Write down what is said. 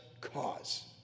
cause